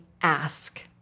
ask